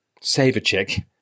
Save-A-Chick